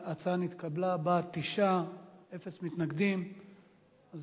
הצעת ועדת הכנסת להעביר את הנושא: חובת יידוע בדבר הימצאותן